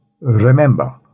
Remember